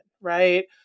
right